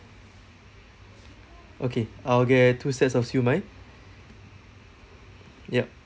okay I'll get two sets of siu mai yup